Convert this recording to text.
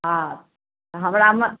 हँ हमरा